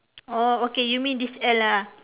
oh okay you mean this L ah